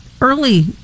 early